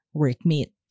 workmate